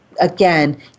again